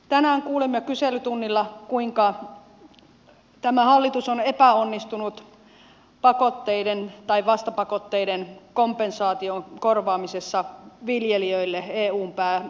tänään kuulimme kyselytunnilla kuinka tämä hallitus on epäonnistunut pakotteiden tai vastapakotteiden kompensaatiokorvaamisessa viljelijöille eun pään toimissa